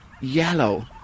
yellow